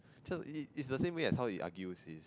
this one it's it's the same way as how he argues his